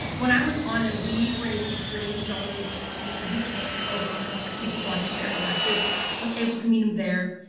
when i was ah we were able to bring john lewis to speak and he came pro bono cause he just wanted to share us message i was able to meet him there.